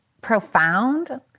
profound